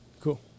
cool